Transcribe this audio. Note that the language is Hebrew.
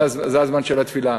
זה הזמן של התפילה.